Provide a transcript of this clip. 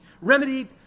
remedied